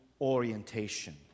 orientation